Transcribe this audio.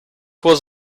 was